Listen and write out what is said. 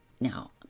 now